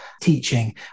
teaching